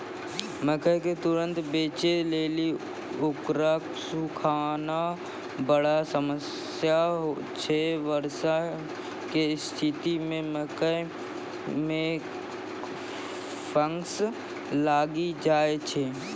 मकई के तुरन्त बेचे लेली उकरा सुखाना बड़ा समस्या छैय वर्षा के स्तिथि मे मकई मे फंगस लागि जाय छैय?